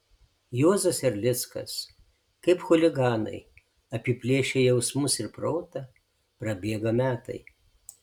juozas erlickas kaip chuliganai apiplėšę jausmus ir protą prabėga metai